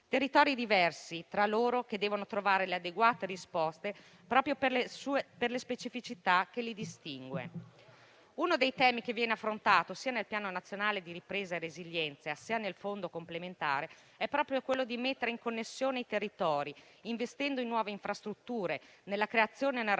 territori diversi tra loro, che devono però trovare le adeguate risposte proprio per le specificità che li distinguono. Tra i temi affrontati sia nel Piano nazionale di ripresa e resilienza, sia nel Fondo complementare vi sono i seguenti: mettere in connessione i territori, investendo in nuove infrastrutture, nella creazione e nel rafforzamento